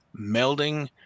melding